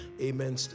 Amen